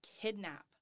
kidnap